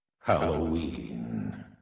halloween